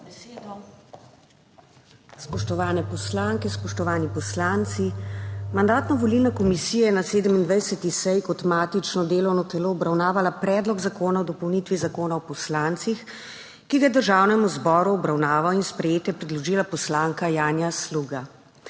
besedo. Spoštovane poslanke, spoštovani poslanci! Mandatno-volilna komisija je na 27. seji kot matično delovno telo obravnavala Predlog zakona o dopolnitvi Zakona o poslancih, ki ga je Državnemu zboru v obravnavo in sprejetje predložila poslanka Janja Sluga.